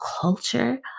culture